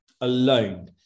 alone